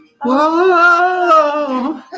Whoa